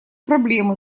проблемы